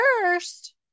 first